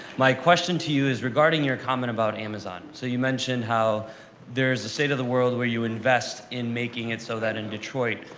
my question to you is regarding your comment about amazon. so you mentioned how there is a state of the world where you invest in making it so that, in detroit,